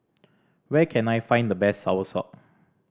where can I find the best soursop